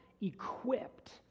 equipped